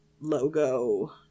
logo